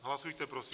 Hlasujte prosím.